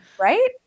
right